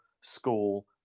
school